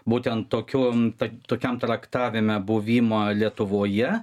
būtent tokioms tai tokiam traktavime buvimą lietuvoje